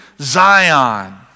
Zion